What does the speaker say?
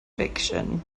fiction